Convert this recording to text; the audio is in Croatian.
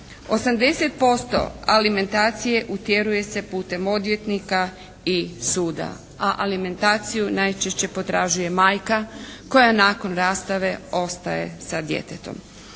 80% alimentacije utjeruje se putem odvjetnika i suda, a alimentaciju najčešće potražuje majka koja nakon rastave ostaje sa djetetom.